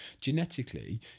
genetically